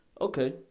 okay